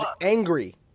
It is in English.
angry